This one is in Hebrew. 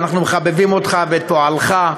ואנחנו מחבבים אותך ואת פועלך,